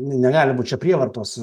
negali būt čia prievartos